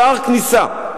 שער כניסה.